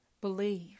believe